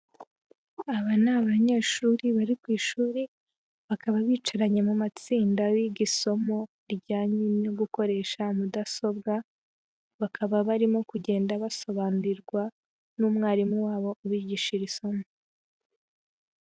Aba ni abanyeshuri bari ku ishuri bakaba bicaranye mu matsinda biga isomo rijyanye no gukoresha mudasobwa, bakaba barimo kugenda basobanurirwa n'umwarimu wabo, ubigisha isomo.